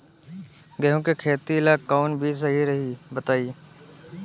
गेहूं के खेती ला कोवन बीज सही रही बताई?